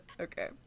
Okay